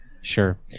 Sure